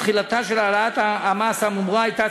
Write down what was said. תחילתה של העלאת המס האמורה הייתה